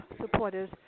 supporters